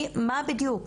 מה בדיוק?